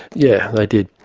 yeah, they did.